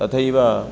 तथैव